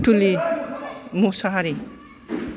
पुथुनि Mushahary